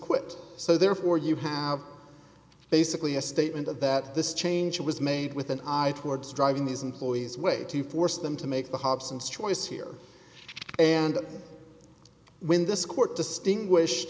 quit so therefore you have basically a statement of that this change was made with an eye towards driving isn't ploys way to force them to make the hobson's choice here and when this court distinguished